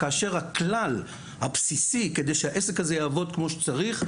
כאשר הכלל הבסיסי כדי שהעסק הזה יעבוד כמו שצריך,